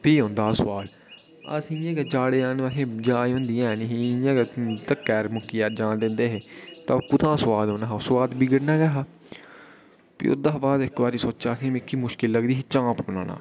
फ्ही औंदा हा सुआद अस इ'यां गै जड्ड जन अहें इ जाच होंदी ऐ ही नेईं इ'यां गै धक्के मुक्कै'र जान दिंदे हे तां कुत्थुआं सुआद औना हा सुआद बिगड़ना गै हा ते ओह्दे बाद इक बारी सोचेआ कि मिकी मुश्कल लगदी ही चांप बनाना